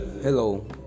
Hello